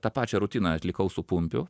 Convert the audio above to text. tą pačią rutiną atlikau su pumpiu